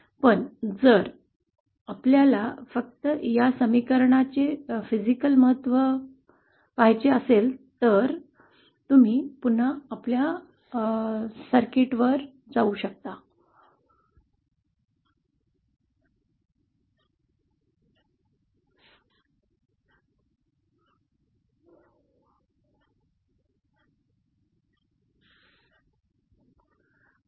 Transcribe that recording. पण जर आपल्याला फक्त या समीकरणाचे फिजिकल महत्त्व पाहायचे असेल तर तुम्ही पुन्हा आपल्या सर्किट मध्ये जाऊ शकता